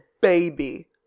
baby